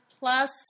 plus